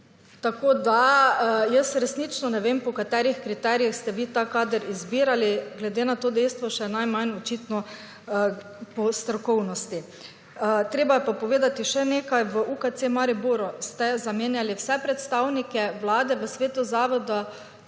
Tako da, jaz resnično ne vem po katerih kriterijih ste vi ta kader izbirali, glede na to dejstvo še najmanj očitno po strokovnosti. Treba je pa povedati še nekaj. V UKC Mariboru ste zamenjali vse predstavnike Vlade v svetu zavoda,